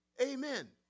Amen